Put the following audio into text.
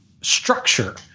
structure